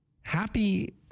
Happy